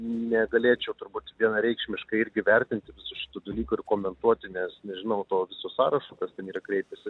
negalėčiau turbūt vienareikšmiškai irgi vertinti visų šitų dalykų ir komentuoti nes nežinau to viso sąrašo kas ten yra kreipęsi